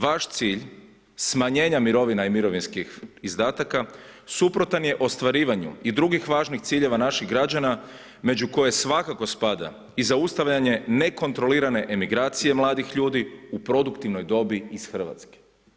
Vaš cilj smanjenja mirovina i mirovinskih izdataka suprotan je ostvarivanju i drugih važnih ciljeva naših građana među koje svakako spada i zaustavljanje nekontrolirane emigracije mladih ljudi u produktivnoj dobi iz Hrvatske.